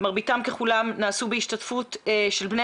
מרביתם ככולם נעשו בהשתתפות של בני